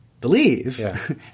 Believe